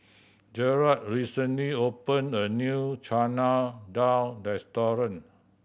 Jerad recently opened a new Chana Dal restaurant